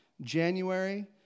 January